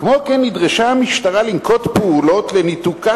כמו כן נדרשה המשטרה לנקוט פעולות לניתוקה